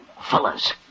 Fellas